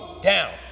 down